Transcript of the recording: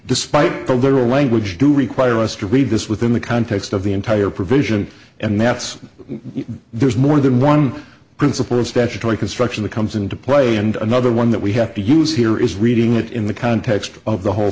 despite the literal language do require us to read this within the context of the entire provision and that's there's more than one principle of statutory construction that comes into play and another one that we have to use here is reading it in the context of the whole